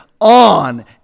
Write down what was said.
on